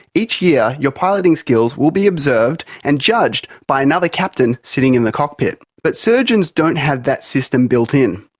each year your piloting skills will be observed and judged by another captain sitting in the cockpit. but surgeons don't have that system built in.